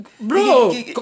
Bro